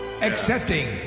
Accepting